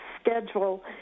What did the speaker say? schedule